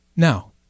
Now